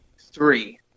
three